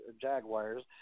Jaguars